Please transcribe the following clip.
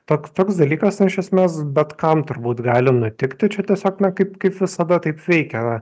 toks toks dalykas na iš esmės bet kam turbūt gali nutikti čia tiesiog na kaip kaip visada taip veikia va